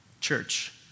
church